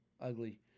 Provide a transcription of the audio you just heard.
ugly